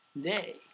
day